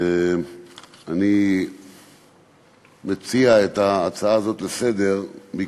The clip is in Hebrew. אני מציע את ההצעה הזאת לסדר-היום